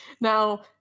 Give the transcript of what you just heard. Now